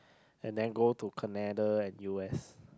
and then go to Canada and u_s